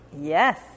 yes